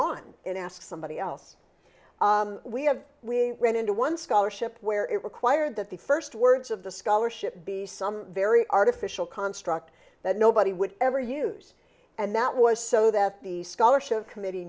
on and ask somebody else we have we ran into one scholarship where it required that the first words of the scholarship be some very artificial construct that nobody would ever use and that was so that the scholarship committee